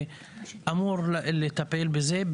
שאמור לטפל בזה.